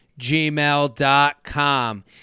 gmail.com